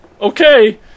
okay